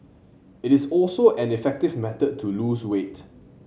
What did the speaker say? it is also an effective method to lose weight